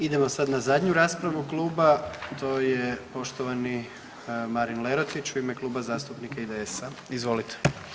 Idemo sad na zadnju raspravu kluba, to je poštovani Marin Lerotić u ime Kluba zastupnika IDS-a, izvolite.